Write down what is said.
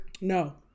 no